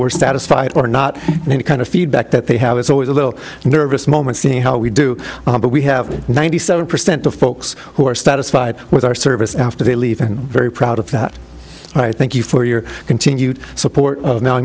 were satisfied or not in any kind of feedback that they have it's always a little nervous moment seeing how we do but we have ninety seven percent of folks who are satisfied with our service after they leave and very proud of that thank you for your continued support